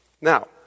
Now